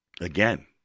again